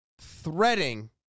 threading